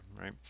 right